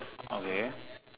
oh where